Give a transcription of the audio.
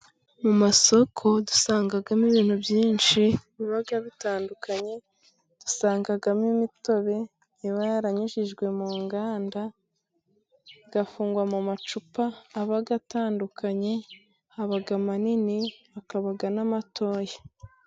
Mu masoko dusangamo ibintu byinshi biba bitandukanye. Dusangamo imitobe iba yaranyujijwe mu nganda igafungwa mu macupa aba atandukanye. Haba amanini, hakaba n'amatoya.